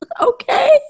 okay